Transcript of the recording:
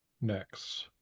Next